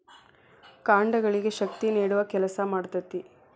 ಕಾಂಡಗಳಿಗೆ ಶಕ್ತಿ ನೇಡುವ ಕೆಲಸಾ ಮಾಡ್ತತಿ